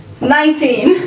Nineteen